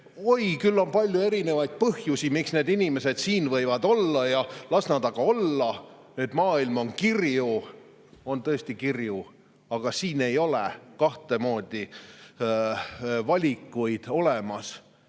oi, küll on palju erinevaid põhjusi, miks need inimesed siin võivad olla, las nad olla, maailm on kirju. On tõesti kirju. Aga siin ei ole kahtemoodi valikuid olemas: